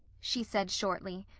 she said shortly.